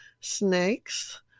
snakes